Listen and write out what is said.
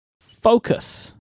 focus